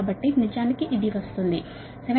కాబట్టి నిజానికి ఇది వస్తుంది 787